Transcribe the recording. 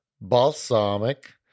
Balsamic